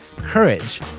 courage